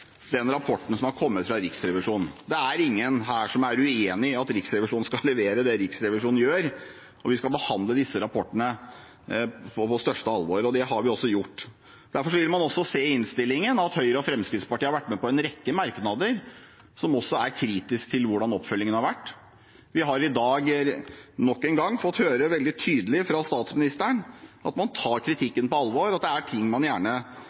den rapporten som har kommet fra Riksrevisjonen. Det er ingen her som er uenige i at Riksrevisjonen skal levere det Riksrevisjonen gjør, og vi skal behandle disse rapportene med det største alvor, og det har vi også gjort. Derfor vil man også se i innstillingen at Høyre og Fremskrittspartiet har vært med på en rekke merknader som også er kritiske til hvordan oppfølgingen har vært. Vi har i dag nok en gang fått høre veldig tydelig fra statsministeren at man tar kritikken på alvor, og at det er ting man gjerne